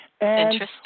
Interesting